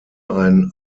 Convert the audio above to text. ein